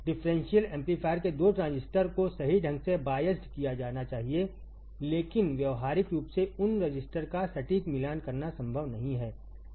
differential amplifier के 2 transistor को सही ढंग से बायस्ड किया जाना चाहिए लेकिन व्यावहारिक रूप से उन ट्रांजिस्टर का सटीक मिलान करना संभव नहीं है